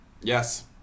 Yes